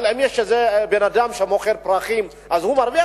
אם יש איזה בן-אדם שמוכר פרחים והוא מרוויח,